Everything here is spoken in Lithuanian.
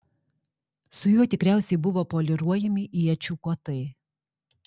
su juo tikriausiai buvo poliruojami iečių kotai